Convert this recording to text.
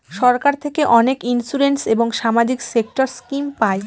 সরকার থেকে অনেক ইন্সুরেন্স এবং সামাজিক সেক্টর স্কিম পায়